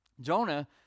Jonah